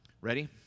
Ready